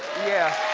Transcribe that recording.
yeah.